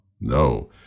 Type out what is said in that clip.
No